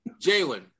Jalen